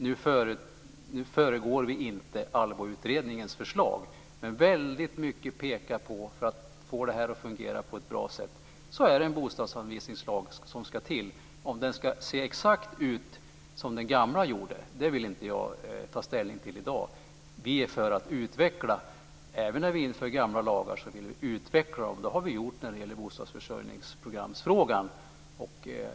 Nu föregår vi inte ALLBO-utredningens förslag, men väldigt mycket pekar på att det är en bostadsanvisningslag som ska till för att detta ska fungera på ett bra sätt. Jag vill i dag inte ta ställning till om den ska se ut exakt som den gamla gjorde. Även när vi inför gamla lagar vill vi utveckla. Det har vi gjort i frågan om bostadsförsörjningsprogrammet.